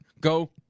Go